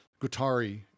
Gutari